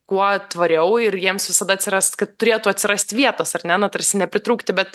kuo tvariau ir jiems visada atsiras kad turėtų atsirast vietos ar na tarsi nepritrūkti bet